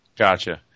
Gotcha